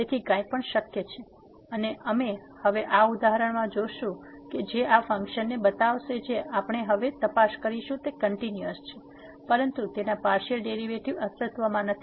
તેથી કંઇ પણ શક્ય છે અને અમે હવે આ ઉદાહરણમાં જોશું કે જે આ ફંક્શનને બતાવશે જે આપણે હવે તપાસ કરીશું તે કંટીન્યુઅસ છે પરંતુ તેના પાર્સીઅલ ડેરીવેટીવ અસ્તિત્વમાં નથી